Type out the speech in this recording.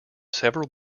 several